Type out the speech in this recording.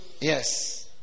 Yes